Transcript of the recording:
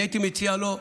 אני הייתי מציע לו,